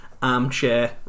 armchair